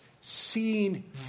seeing